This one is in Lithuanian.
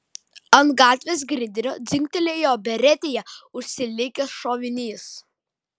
ant gatvės grindinio dzingtelėjo beretėje užsilikęs šovinys